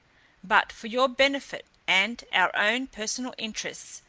but for your benefit, and our own personal interests,